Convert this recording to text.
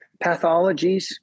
pathologies